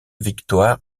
victoires